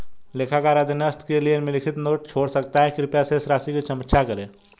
लेखाकार अधीनस्थ के लिए निम्नलिखित नोट छोड़ सकता है कृपया शेष राशि की समीक्षा करें